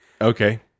Okay